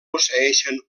posseeixen